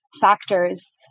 factors